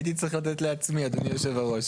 הייתי צריך לתת לעצמי, אדוני יושב-הראש.